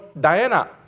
Diana